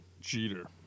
Jeter